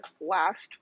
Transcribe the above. last